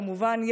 כמובן,